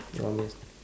you want me to